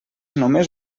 només